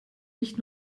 nicht